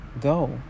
go